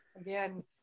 again